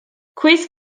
cwis